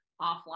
offline